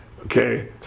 okay